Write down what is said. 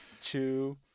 two